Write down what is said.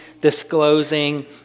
disclosing